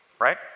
right